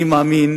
אני מאמין